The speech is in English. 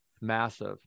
Massive